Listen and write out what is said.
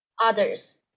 others